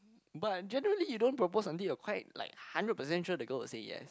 but generally you don't propose until you're quite like hundred percent sure the girl will say yes